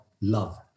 Love